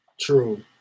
True